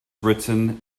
written